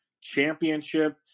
Championship